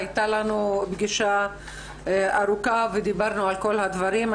הייתה לנו פגישה ארוכה, ודיברנו על כל הדברים.